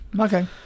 Okay